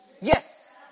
Yes